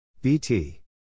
bt